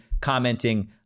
commenting